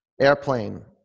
Airplane